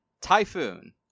Typhoon